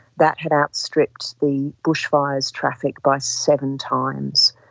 that had outstripped the bushfires traffic by seven times.